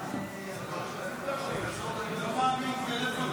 ישב מול ראש הממשלה,